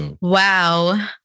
Wow